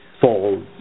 fall